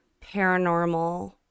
paranormal